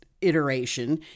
iteration